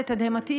לתדהמתי,